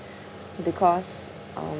because um